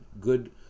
good